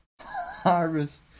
harvest